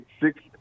six